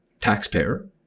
taxpayer